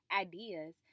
ideas